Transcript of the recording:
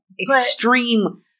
extreme –